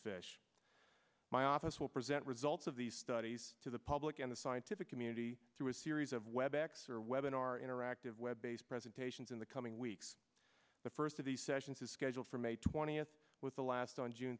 fish my office will present results of these studies to the public and the scientific community through a series of web acts or web in our interactive web based presentations in the coming weeks the first of these sessions is scheduled for may twentieth with the last on june